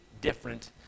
different